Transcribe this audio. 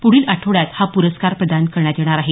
पुढील आठवड्यात हा प्रस्कार प्रदान करण्यात येणार आहे